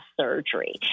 surgery